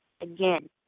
Again